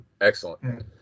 Excellent